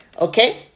Okay